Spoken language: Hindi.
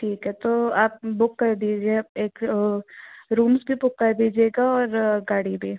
ठीक है तो आप बुक कर दीजिए एक रूम्स भी बुक कर दीजिएगा और गाड़ी भी